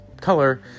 color